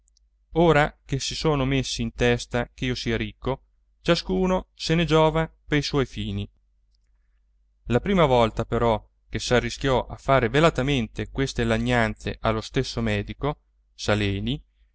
ora che si sono messi in testa ch'io sia ricco ciascuno se ne giova pei suoi fini la prima volta però che s'arrischiò a fare velatamente queste lagnanze allo stesso medico saleni